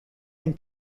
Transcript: and